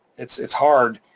it's it's hard.